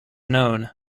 known